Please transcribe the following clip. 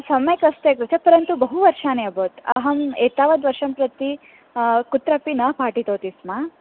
सम्यक् अस्ति अग्रज परन्तु बहु वर्षाणि अभवन् अहम् एतावद्वर्षं प्रति कुत्रपि न पाठितवती स्म